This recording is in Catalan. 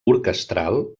orquestral